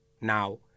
Now